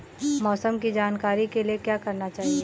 मौसम की जानकारी के लिए क्या करना चाहिए?